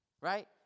Right